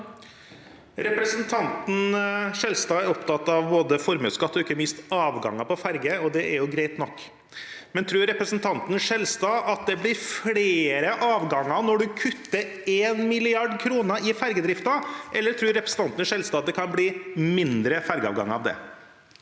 Representan- ten Skjelstad er opptatt av både formuesskatt og ikke minst avganger på ferje, og det er greit nok. Men tror representanten Skjelstad at det blir flere avganger når de kutter 1 mrd. kr i ferjedrift, eller tror han at det kan bli færre ferjeavganger av det?